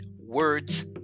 words